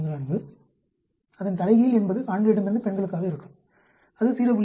44 அதன் தலைகீழ் என்பது ஆண்களிடமிருந்து பெண்களுக்காக இருக்கும் அது 0